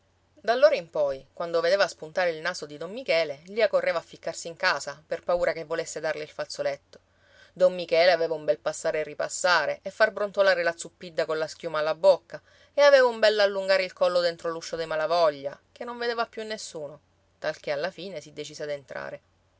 tasca d'allora in poi quando vedeva spuntare il naso di don michele lia correva a ficcarsi in casa per paura che volesse darle il fazzoletto don michele aveva un bel passare e ripassare e far brontolare la zuppidda colla schiuma alla bocca e aveva un bell'allungare il collo dentro l'uscio dei malavoglia che non vedeva più nessuno talché alla fine si decise ad entrare